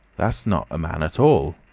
that's not a man at all.